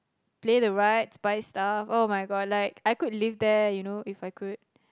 Play the rides buy stuff [oh]-my-god like I could live there you know If I could